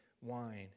wine